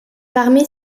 parmi